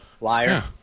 Liar